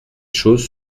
choses